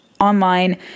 online